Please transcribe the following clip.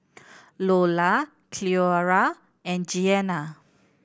Loula Cleora and Jeana